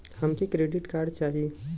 हमके credit card चाही